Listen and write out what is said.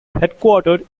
headquartered